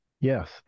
Yes